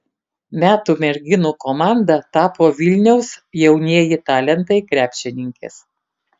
metų merginų komanda tapo vilniaus jaunieji talentai krepšininkės